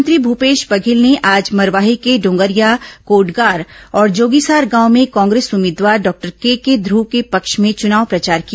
मुख्यमंत्री भूपेश बघेल ने आज मरवाही के डोंगरिया कोडगार और जोगीसार गांव में कांग्रेस उम्मीदवार डॉक्टर के के ध्रव के पक्ष में चुनाव प्रचार किया